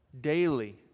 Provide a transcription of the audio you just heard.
daily